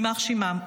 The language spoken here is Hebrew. יימח שמם,